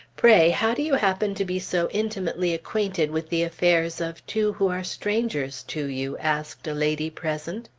pray, how do you happen to be so intimately acquainted with the affairs of two who are strangers to you? asked a lady present.